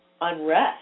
unrest